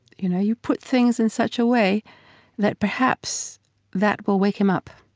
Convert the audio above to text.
you know, you put things in such a way that perhaps that will wake him up.